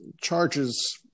charges